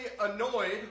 annoyed